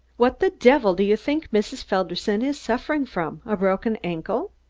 what the devil do you think mrs. felderson is suffering from, a broken ankle?